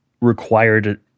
required